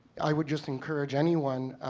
i would just encourage anyone